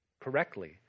correctly